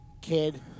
Kid